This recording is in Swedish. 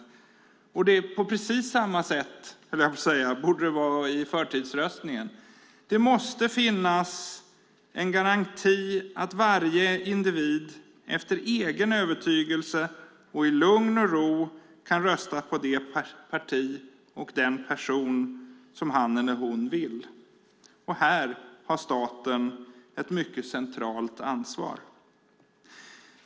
Det borde vara på precis samma sätt när det gäller förtidsröstningen. Det måste finnas en garanti för att varje individ efter egen övertygelse och i lugn och ro kan rösta på det parti och den person som han eller hon vill. Här har staten ett mycket centralt ansvar.